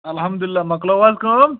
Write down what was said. الحمدللہ مۄکلو حظ کٲم